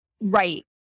Right